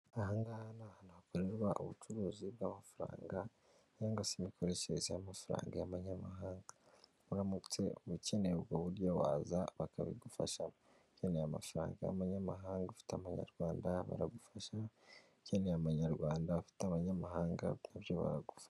Aha ngaha ni ahantu hakorerwa ubucuruzi bw'amafaranga cyangwa se imikoreshereze y'amafaranga y'manyamahanga. Uramutse ukeneye ubwo buryo waza bakabigufashamo, ukeneye amafaranga y'amanyamahanga ufite amanyarwanda baragufasha, ukeneye amanyarwanda ufite amanyamahanga na byo bagufasha.